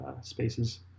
spaces